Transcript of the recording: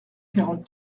quarante